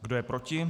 Kdo je proti?